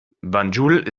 banjul